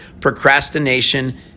Procrastination